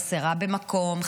חסרה במקום,